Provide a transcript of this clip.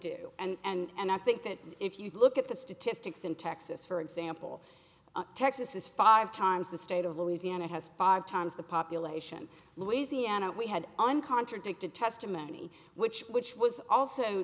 do and i think that if you look at the statistics in texas for example texas is five times the state of louisiana has five times the population louisiana we had an contradicted testimony which which was also